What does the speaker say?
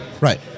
Right